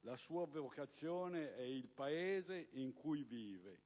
la sua vocazione e il Paese in cui vive,